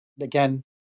again